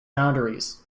boundaries